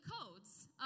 codes